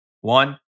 One